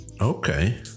Okay